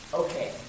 okay